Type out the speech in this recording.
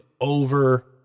over